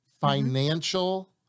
Financial